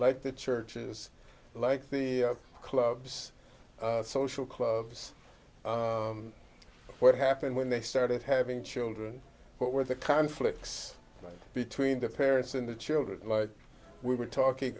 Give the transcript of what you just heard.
like the churches like the clubs social clubs what happened when they started having children what were the conflicts between the parents and the children we were talking